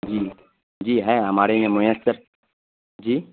جی جی ہے ہمارے یہاں میسر جی